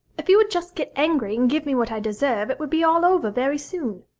if you would just get angry and give me what i deserve, it would be all over very soon